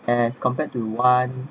as compared to one